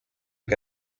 que